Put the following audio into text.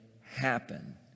happen